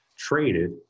traded